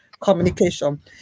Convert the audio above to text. communication